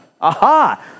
Aha